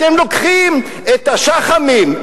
אתם לוקחים את השח"מים,